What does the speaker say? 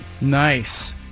Nice